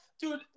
dude